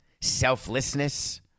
selflessness